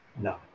No